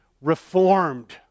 reformed